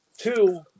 Two